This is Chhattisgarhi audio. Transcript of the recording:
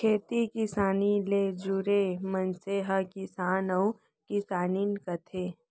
खेती किसानी ले जुरे मनसे ल किसान अउ किसानिन कथें